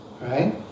right